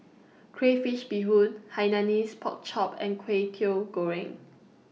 Crayfish Beehoon Hainanese Pork Chop and Kway Teow Goreng